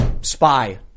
spy